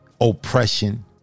Oppression